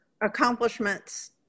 accomplishments